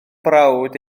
brawd